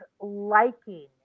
liking